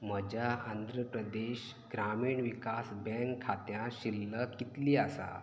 म्हज्या आंध्र प्रदेश ग्रामीण विकास बँक खात्यांत शिल्लक कितली आसा